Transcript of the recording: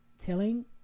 telling